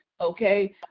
okay